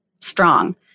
strong